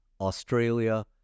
Australia